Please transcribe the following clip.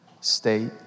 state